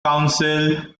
council